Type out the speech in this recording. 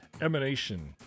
emanation